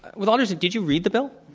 with all due did you read the bill?